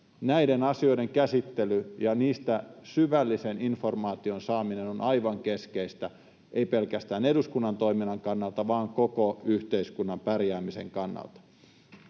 Näiden asioiden käsittely ja niistä syvällisen informaation saaminen on aivan keskeistä, ei pelkästään eduskunnan toiminnan kannalta vaan koko yhteiskunnan pärjäämisen kannalta.